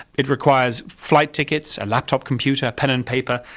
it requires flight tickets, a laptop computer, pen and paper,